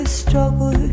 struggle